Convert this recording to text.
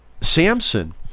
Samson